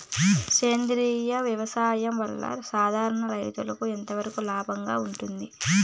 సేంద్రియ వ్యవసాయం వల్ల, సాధారణ రైతుకు ఎంతవరకు లాభంగా ఉంటుంది?